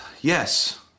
yes